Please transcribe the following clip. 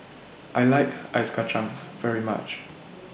I like Ice Kacang very much